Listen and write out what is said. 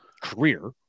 career